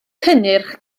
cynnyrch